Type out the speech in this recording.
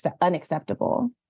unacceptable